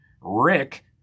Rick